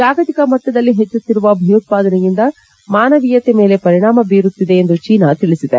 ಜಾಗತಿಕ ಮಟ್ಟದಲ್ಲಿ ಹೆಚ್ಚುತ್ತಿರುವ ಭಯೋತ್ಪಾದನೆಯಿಂದ ಮಾನವೀಯತೆ ಮೇಲೆ ಪರಿಣಾಮ ಬೀರುತ್ತಿದೆ ಎಂದು ಚೀನಾ ತಿಳಿಸಿದೆ